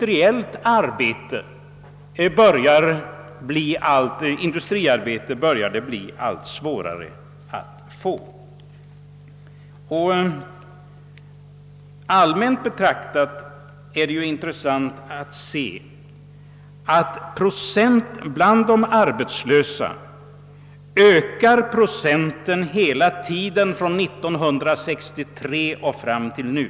Rent allmänt är det intressant att konstatera att procenten arbetslösa ungdo mar ökat hela tiden från 1963 och fram till nu.